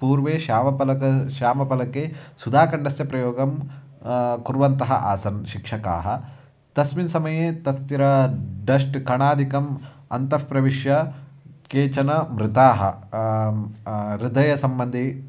पूर्वे श्यामफलकं श्यामफलके सुधाखण्डस्य प्रयोगं कुर्वन्तः आसन् शिक्षकाः तस्मिन् समये तत्र डस्ट् कणादिकम् अन्तःप्रविश्य केचन मृताः हृदयसम्बन्धि